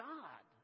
God